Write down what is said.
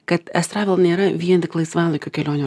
kad estravel nėra vien tik laisvalaikio kelionių